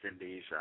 Indies